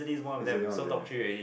is already on there